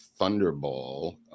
Thunderball